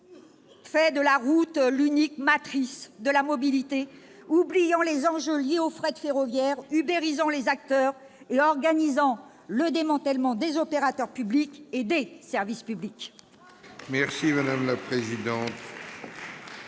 fait de la route l'unique matrice de la mobilité, oubliant les enjeux liés au fret ferroviaire, « ubérisant » les acteurs et organisant le démantèlement des opérateurs et des services publics ! La parole est